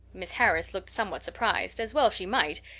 miss harris looked somewhat surprised, as well she might,